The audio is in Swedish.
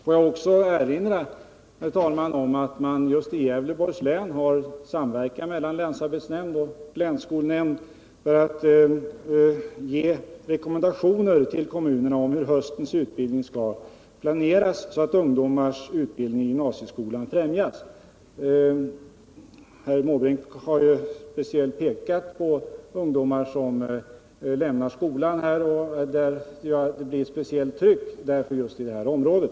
Får jag också erinra om att man just i Gävleborgs län har en samverkan mellan länsarbetsnämnd och länsskolnämnd för att ge rekommendationer till kommunerna om hur höstens utbildning skall planeras så att ungdomars utbildning i gymnasieskolan främjas. Herr Måbrink har pekat särskilt på de ungdomar som lämnar skolan och det tryck som de skapar just detta område.